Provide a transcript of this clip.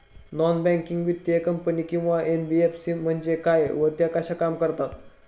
Non banking वित्तीय company किंवा NBFC म्हणजे काय व त्या कशा काम करतात?